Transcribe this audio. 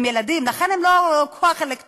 הם ילדים, לכן הם לא כוח אלקטורלי.